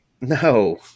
No